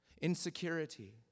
Insecurity